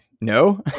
No